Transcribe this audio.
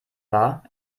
war